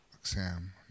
exam